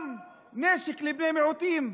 גם נשק לבני מיעוטים,